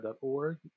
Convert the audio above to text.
org